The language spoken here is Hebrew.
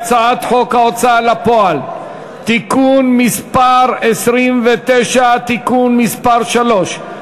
הוא הצעת חוק ההוצאה לפועל (תיקון מס' 29) (תיקון מס' 3),